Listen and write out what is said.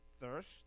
thirst